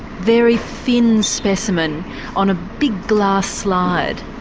very thin specimen on a big glass slide.